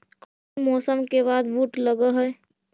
कोन मौसम के बाद बुट लग है?